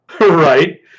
right